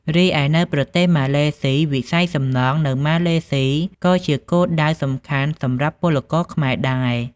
រីឯនៅប្រទេសម៉ាឡេស៊ី វិស័យសំណង់នៅម៉ាឡេស៊ីក៏ជាគោលដៅសំខាន់សម្រាប់ពលករខ្មែរដែរ ។